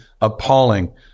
appalling